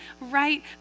right